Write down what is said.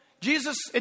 Jesus